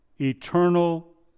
eternal